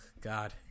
God